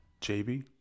JB